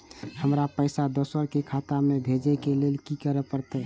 हमरा पैसा दोसर के खाता में भेजे के लेल की करे परते?